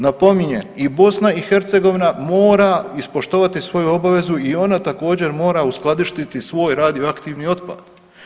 Napominjem, i BiH mora ispoštovati svoju obavezu i ona također, mora uskladištiti svoj radioaktivni otpad.